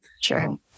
Sure